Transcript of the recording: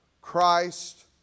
Christ